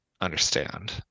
understand